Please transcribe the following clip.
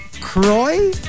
Croy